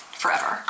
forever